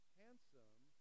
handsome